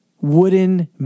wooden